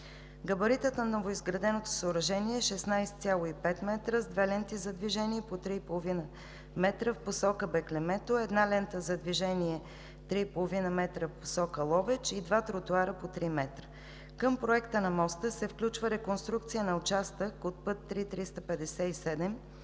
Габаритът на новоизграденото съоръжение е 16,5 м с две ленти за движение по 3,5 м в посока Беклемето, една лента за движение – 3,5 м в посока Ловеч и два тротоара по 3 м. Към проекта на моста се включва реконструкция на участък от път III-357,